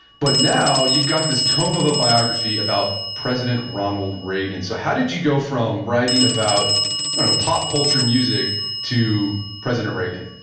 but now, you've got this tome of a biography about president ronald reagan. so, how did you go from writing about pop-culture music to president reagan?